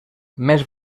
més